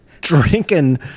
drinking